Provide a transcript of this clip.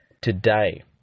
today